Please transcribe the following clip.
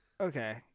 Okay